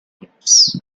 pipes